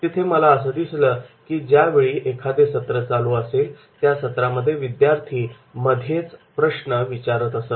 तिथे मला असं दिसलं की ज्या वेळी एखादे सत्र चालू असेल त्या सत्रामध्ये विद्यार्थी मध्येच प्रश्न विचारत असत